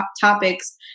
topics